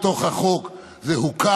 זה הוטמע בתוך החוק,